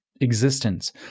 existence